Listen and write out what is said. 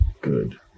Good